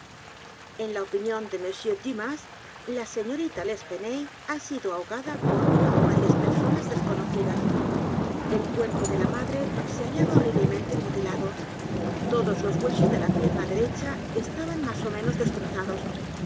en la opinión de m dumas la señorita l'espanaye ha sido ahogada por una ó varias personas desconocidas el cuerpo de la madre se hallaba horriblemente mutilado todos los huesos de la pierna derecha estaban más ó menos destrozados